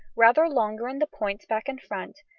rather longer in the points back and front,